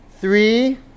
Three